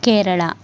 Kerala